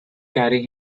carry